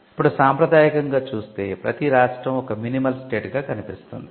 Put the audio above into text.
ఇప్పుడు సాంప్రదాయకంగా చూస్తే ప్రతీ రాష్ట్రం ఒక మినిమల్ స్టేట్ గా కనిపిస్తుంది